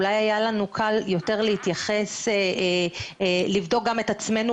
אולי היה לנו קל יותר להתייחס לבדוק גם את עצמנו